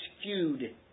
skewed